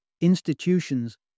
Institutions